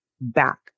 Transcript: back